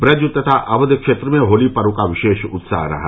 ब्रज तथा अक्य क्षेत्र में होली पर्व का विशेष उत्साह रहा